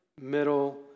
middle